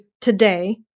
today